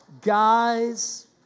guys